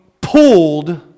pulled